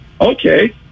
Okay